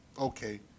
Okay